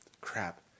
Crap